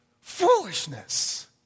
Foolishness